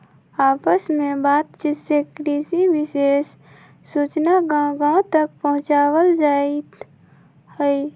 आपस में बात चित से कृषि विशेष सूचना गांव गांव तक पहुंचावल जाईथ हई